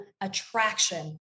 attraction